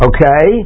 Okay